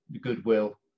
goodwill